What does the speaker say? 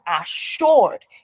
assured